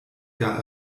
gar